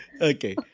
Okay